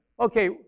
okay